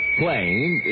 plane